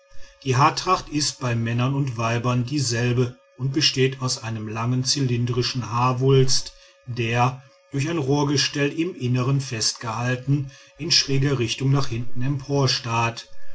die haartracht ist bei männern und weibern dieselbe und besteht aus einem langen zylindrischen haarwulst der durch ein rohrgestell im innern festgehalten in schräger richtung nach hinten